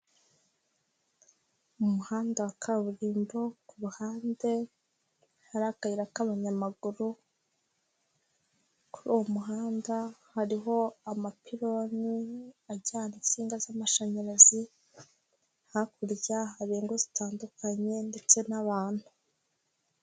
Mu muhanda wa kaburimbo ku ruhande hari akayira k'abanyamaguru, kuri uwo muhanda hariho amapironi ajyana insinga z'amashanyarazi, hakurya hari ingo zitandukanye ndetse n'abantu.